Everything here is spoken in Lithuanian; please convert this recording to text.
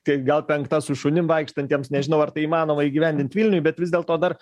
tai gal penkta su šunim vaikštantiems nežinau ar tai įmanoma įgyvendint vilniuj bet vis dėlto dar